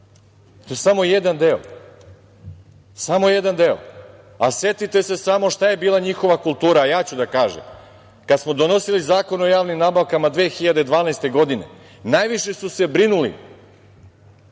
To je samo jedan deo, samo jedan deo, a setite se samo šta je bila njihova kultura, a ja ću da kažem. Kada smo donosili Zakon o javnim nabavkama 2012. godine, najviše su se brinuli